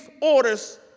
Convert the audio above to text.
orders